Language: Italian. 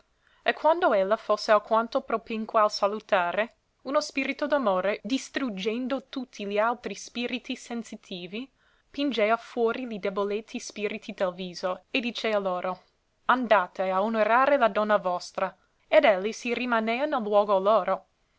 e quando ella fosse alquanto propinqua al salutare uno spirito d'amore distruggendo tutti gli altri spiriti sensitivi pingea fuori li deboletti spiriti del viso e dicea loro andate a onorare la donna vostra ed elli si rimanea nel luogo loro